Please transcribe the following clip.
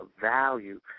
value